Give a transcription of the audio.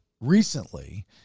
recently